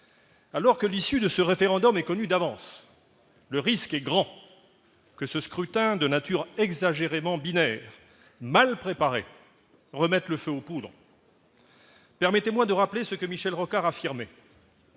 alors que l'issue de ce référendum est connu d'avance, le risque est grand que ce scrutin de nature exagérément binaire mal préparée remette le feu aux poudres. Permettez-moi de rappeler ce que Michel Rocard affirmait.